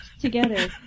together